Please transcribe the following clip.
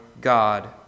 God